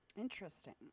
Interesting